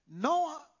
Noah